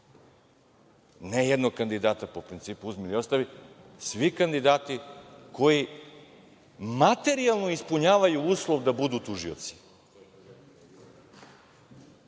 ne jednog kandidata po principu uzmi ili ostavi, svi kandidati koji materijalno ispunjavaju uslov da budu tužioci.